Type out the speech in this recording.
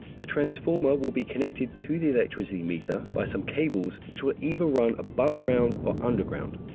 the transformer will be connected to the electricity metre by some cables which will either run above ground or underground.